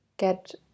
get